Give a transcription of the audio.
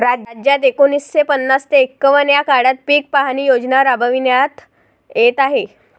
राज्यात एकोणीसशे पन्नास ते एकवन्न या काळात पीक पाहणी योजना राबविण्यात येत आहे